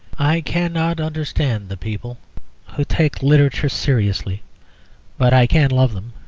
i cannot understand the people who take literature seriously but i can love them,